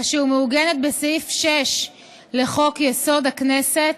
אשר מעוגנת בסעיף 6 לחוק-יסוד: הכנסת,